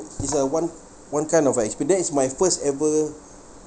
it's a one one kind of exp~ but that is my first ever